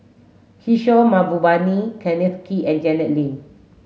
Kishore Mahbubani Kenneth Kee and Janet Lim